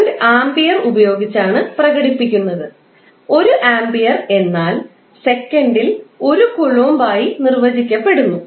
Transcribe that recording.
current ampere ഉപയോഗിച്ചാണ് പ്രകടിപ്പിക്കുന്നത് 1 ampere എന്നാൽ സെക്കൻഡിൽ 1കൂലോംബ് ആയി നിർവചിക്കപ്പെടുന്നു